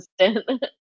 assistant